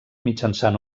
mitjançant